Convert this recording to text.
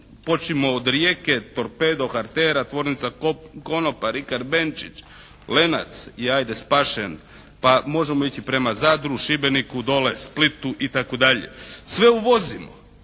počnimo od Rijeke, "Torpedo", "Hartera", Tvornica konopa, "Rikard Benčić", "Lenac" je ajde spašen pa možemo ići prema Zadru, Šibeniku dolje, Splitu itd. Sve uvozimo.